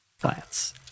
plants